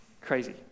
Crazy